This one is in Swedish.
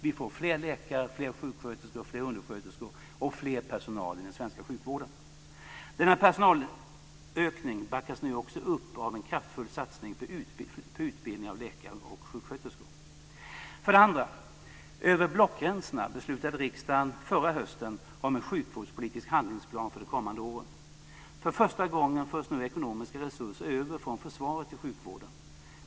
Vi får fler läkare, fler sjuksköterskor, fler undersköterskor och mer personal i den svenska sjukvården. Denna personalökning backas nu upp av en kraftig satsning på utbildning av läkare och sjuksköterskor. För det andra: Över blockgränserna beslutade riksdagen förra hösten om en sjukvårdspolitisk handlingsplan för de kommande åren. För första gången förs nu ekonomiska resurser över från försvaret till sjukvården.